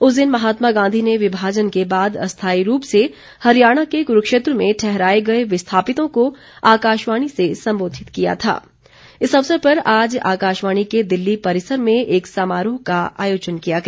उस दिन महात्मा गांधी ने विभाजन के बाद अस्थायी रूप से हरियाणा के कुरूक्षेत्र में ठहराए गए विस्थापितों को आकाशवाणी से संबांधित किया था इस अवसर पर आज आकाशवाणी के दिल्ली परिसर में एक समारोह का आयोजन किया गया